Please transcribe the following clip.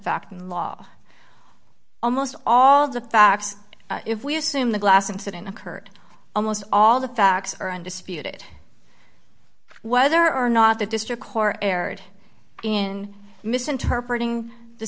fact and law almost all the facts if we assume the glass incident occurred almost all the facts are undisputed whether or not the district corps erred in misinterpreting the